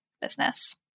business